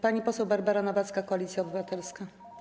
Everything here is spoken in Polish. Pani poseł Barbara Nowacka, Koalicja Obywatelska.